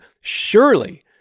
Surely